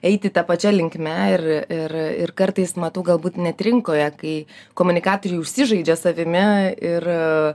eiti ta pačia linkme ir ir ir kartais matau galbūt net rinkoje kai komunikatoriai užsižaidžia savimi ir